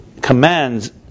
commands